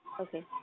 Okay